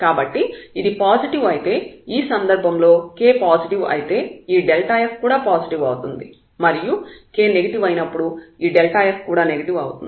కాబట్టి ఇది పాజిటివ్ అయితే ఈ సందర్భంలో k పాజిటివ్ అయితే ఈ f కూడా పాజిటివ్ అవుతుంది మరియు k నెగిటివ్ అయినప్పుడు ఈ f కూడా నెగిటివ్ అవుతుంది